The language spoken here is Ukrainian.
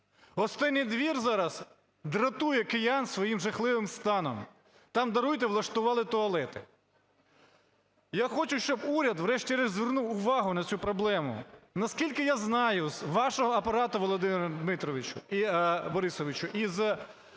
Гостинний двір зараз дратує киян своїм жахливим станом, там – даруйте! – влаштували туалети. Я хочу, щоб уряд врешті-решт звернув увагу на цю проблему. Наскільки я знаю, з вашого апарату, Володимире Дмитровичу…